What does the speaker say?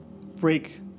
break